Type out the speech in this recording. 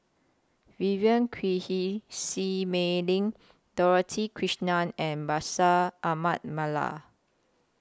Vivien Quahe Seah Mei Lin Dorothy Krishnan and Bashir Ahmad Mallal